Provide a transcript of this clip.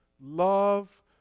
love